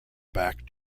back